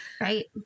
Right